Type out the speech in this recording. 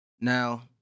Now